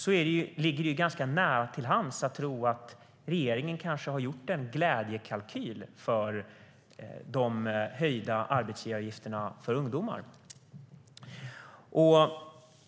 Då ligger det ganska nära till hands att tro att regeringen kanske har gjort en glädjekalkyl för de höjda arbetsgivaravgifterna för ungdomar.